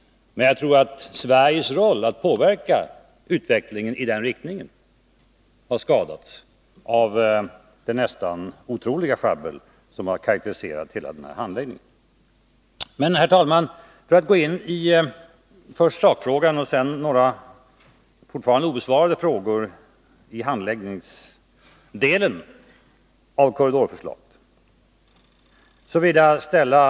Men jag tror att Sveriges möjlighet att påverka utvecklingen i den riktningen har skadats av det nästan otroliga sjabbel som har karakteriserat hela denna handläggning. Herr talman! Jag vill ställa ett antal frågor till utrikesministern.